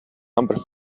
number